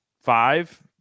five